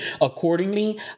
accordingly